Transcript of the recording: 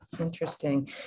Interesting